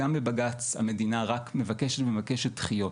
גם בבג"ץ המדינה רק מבקשת ומבקשת דחיות.